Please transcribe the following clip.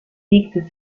siegte